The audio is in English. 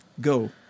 go